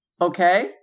okay